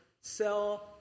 sell